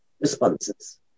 responses